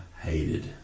hated